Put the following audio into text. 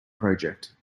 project